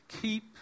keep